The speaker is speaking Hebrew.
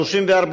1 לא נתקבלה.